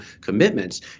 commitments